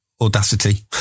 audacity